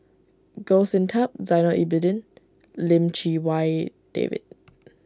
Goh Sin Tub Zainal Abidin Lim Chee Wai David